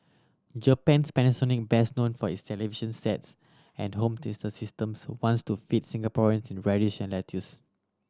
Japan's Panasonic best known for its television sets and home theatre systems wants to feed Singaporean its radish and lettuce